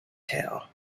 tale